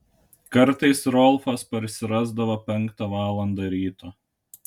kartais rolfas parsirasdavo penktą valandą ryto